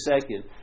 second